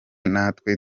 natwe